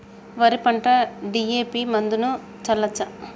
వరి పంట డి.ఎ.పి మందును చల్లచ్చా?